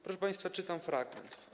Proszę państwa, czytam fragment.